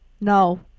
No